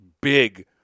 big